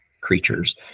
creatures